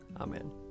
Amen